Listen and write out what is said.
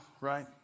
right